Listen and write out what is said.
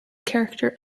character